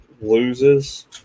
loses